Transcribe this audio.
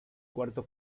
cuarto